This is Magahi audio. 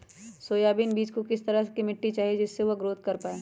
सोयाबीन बीज को किस तरह का मिट्टी चाहिए जिससे वह ग्रोथ कर पाए?